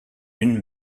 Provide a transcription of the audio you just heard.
une